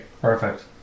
Perfect